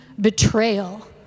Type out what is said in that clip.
betrayal